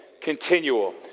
continual